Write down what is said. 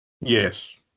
Yes